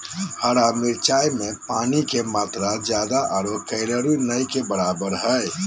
हरा मिरचाय में पानी के मात्रा ज्यादा आरो कैलोरी नय के बराबर हइ